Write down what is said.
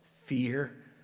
fear